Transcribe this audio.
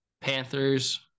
panthers